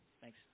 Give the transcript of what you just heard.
Thanks